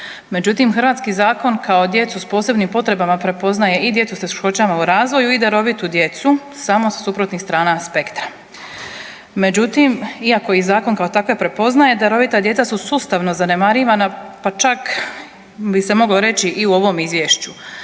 Međutim, hrvatski zakon kao djecu sa posebnim potrebama prepoznaje i djecu sa teškoćama u razvoju i darovitu djecu samo sa suprotnih strana aspekta. Međutim, iako ih zakon kao takve prepoznaje darovita djeca su sustavno zanemarivana, pa čak bi se moglo reći i u ovom izvješću.